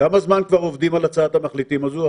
כמה זמן כבר עובדים על הצעת המחליטים הזו,